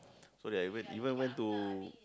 so that I went even went to